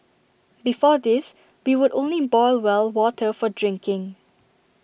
before this we would only boil well water for drinking